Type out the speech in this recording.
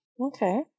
Okay